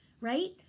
right